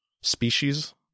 species